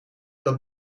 dat